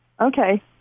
Okay